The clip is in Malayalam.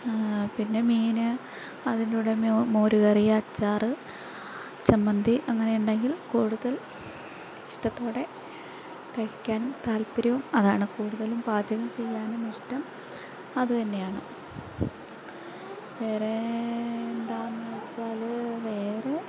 പിന്നെ മീൻ അതിൻ്റെ കൂടെ മോരുകറി അച്ചാറ് ചമ്മന്തി അങ്ങനെ ഉണ്ടെങ്കിൽ കൂടുതൽ ഇഷ്ടത്തോടെ കഴിക്കാൻ താല്പര്യവും അതാണ് കൂടുതലും പാചകം ചെയ്യാനും ഇഷ്ടം അതു തന്നെയാണ് വേറെ എന്താണെന്നുവെച്ചാൽ വേറേ